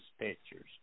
pictures